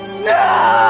no.